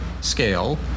scale